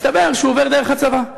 מסתבר שהוא עובר דרך הצבא.